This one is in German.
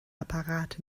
apparat